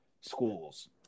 schools